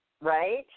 right